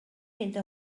inte